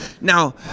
Now